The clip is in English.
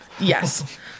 Yes